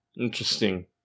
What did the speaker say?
Interesting